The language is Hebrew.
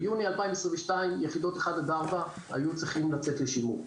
ביוני 2022 יחידות אחת עד ארבע היו צריכות לצאת לשימור.